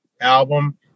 album